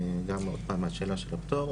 גם עוד פעם השאלה של הפטור,